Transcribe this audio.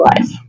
life